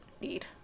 need